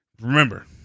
remember